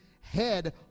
head